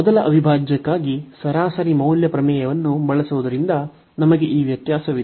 ಮೊದಲ ಅವಿಭಾಜ್ಯಕ್ಕಾಗಿ ಸರಾಸರಿ ಮೌಲ್ಯ ಪ್ರಮೇಯವನ್ನು ಬಳಸುವುದರಿಂದ ನಮಗೆ ಈ ವ್ಯತ್ಯಾಸವಿದೆ